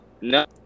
No